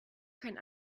kein